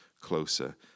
closer